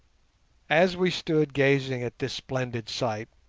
as we stood gazing at this splendid sight,